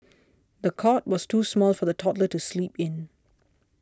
the cot was too small for the toddler to sleep in